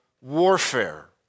warfare